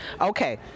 Okay